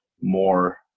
more